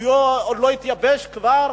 הדיו עוד לא התייבשה וכבר